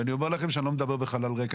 ואני אומר לכם שאני לא מדבר בחלל ריק.